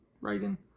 Reagan